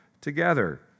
together